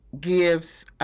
gives –